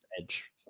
edge